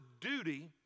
duty